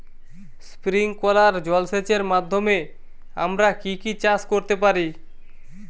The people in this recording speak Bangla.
স্প্রিংকলার জলসেচের মাধ্যমে আমরা কি কি চাষ করতে পারি?